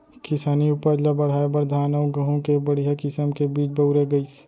किसानी उपज ल बढ़ाए बर धान अउ गहूँ के बड़िहा किसम के बीज बउरे गइस